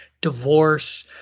divorce